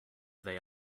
they